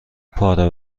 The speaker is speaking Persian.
پاره